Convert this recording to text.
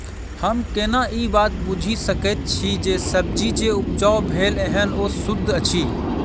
हम केना ए बात बुझी सकैत छी जे सब्जी जे उपजाउ भेल एहन ओ सुद्ध अछि?